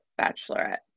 bachelorette